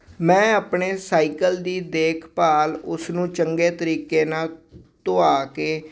ਮੈਂ ਆਪਣੇ ਸਾਈਕਲ ਦੀ ਦੇਖਭਾਲ ਉਸ ਨੂੰ ਚੰਗੇ ਤਰੀਕੇ ਨਾਲ ਧੁਆ ਕੇ